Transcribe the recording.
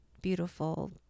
beautiful